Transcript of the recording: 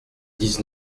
dix